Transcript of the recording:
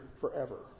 forever